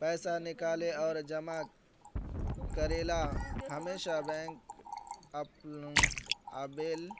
पैसा निकाले आर जमा करेला हमेशा बैंक आबेल